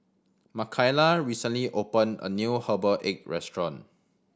Makaila recently opened a new herbal egg restaurant